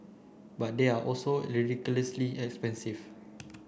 but they are also ridiculously expensive